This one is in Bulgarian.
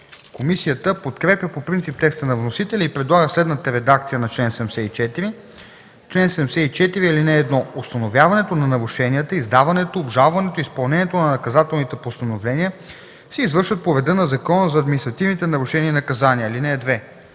комисията подкрепя по принцип текста на вносителя и предлага следната редакция: „Чл. 74. (1) Установяването на нарушенията, издаването, обжалването и изпълнението на наказателните постановления се извършват по реда на Закона за административните нарушения и наказания. (2)